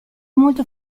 molto